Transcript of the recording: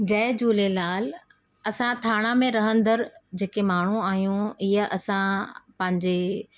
जय झूलेलाल असां थाणा में रहंदड़ जेके माण्हू आहियूं या असां पंहिंजे